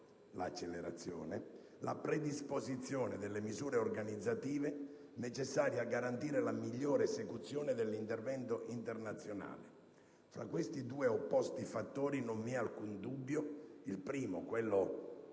l'accelerazione è stata la predisposizione delle misure organizzative necessarie a garantire la migliore esecuzione dell'intervento internazionale. Fra questi due opposti fattori, non vi è alcun dubbio che fosse